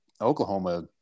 Oklahoma